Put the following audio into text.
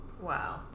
Wow